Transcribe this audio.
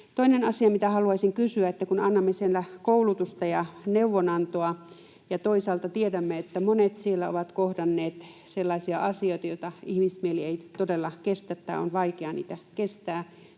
Toinen asia, mitä haluaisin kysyä: kun annamme siellä koulutusta ja neuvonantoa ja toisaalta tiedämme, että monet siellä ovat kohdanneet sellaisia asioita, joita ihmismieli ei todella kestä tai joita on vaikea kestää,